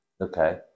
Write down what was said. Okay